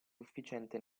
sufficiente